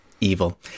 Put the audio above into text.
evil